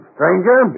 Stranger